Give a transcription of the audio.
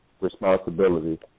responsibility